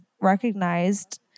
recognized